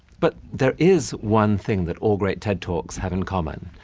but there is one thing that all great ted talks have in common,